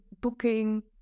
booking